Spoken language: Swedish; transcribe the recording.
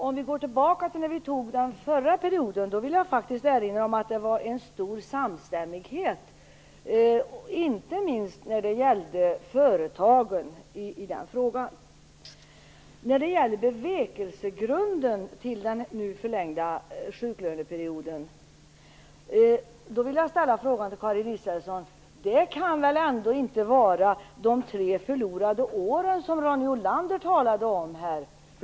Om vi går tillbaka till när vi tog den förra perioden, vill jag erinra om att det var en stor samstämmighet, inte minst när det gällde företagen, i den frågan. Karin Israelsson: Det kan väl ändå inte vara de tre förlorade åren, som Ronny Olander talade om här?